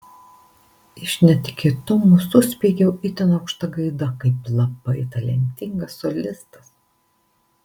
iš netikėtumo suspiegiau itin aukšta gaida kaip labai talentingas solistas